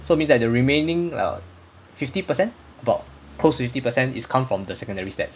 so means that the remaining err fifty percent about close to fifty percent is come from the secondary stats